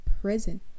prison